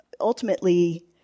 ultimately